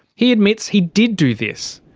he admits he did do this,